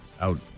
out